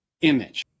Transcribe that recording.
image